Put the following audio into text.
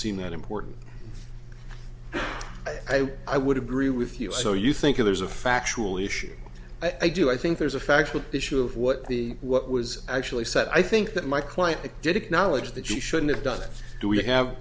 seem that important i would i would agree with you so you think there's a factual issue i do i think there's a factual issue of what the what was actually said i think that my client did acknowledge that she shouldn't have done it do we have